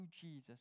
Jesus